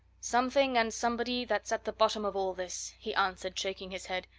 something and somebody that's at the bottom of all this! he answered, shaking his head.